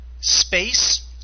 space